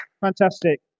fantastic